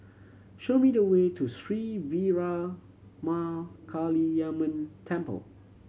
show me the way to Sri Veeramakaliamman Temple